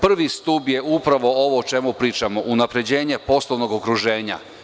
Prvi stub je upravo ovo o čemu pričamo, unapređenje poslovnog okruženja.